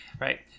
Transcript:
Right